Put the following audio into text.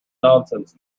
nonsense